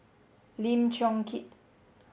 Lim Chong Keat